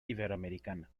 iberoamericana